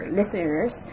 listeners